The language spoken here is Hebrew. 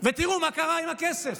ותראו מה קרה עם הכסף.